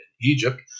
Egypt